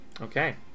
Okay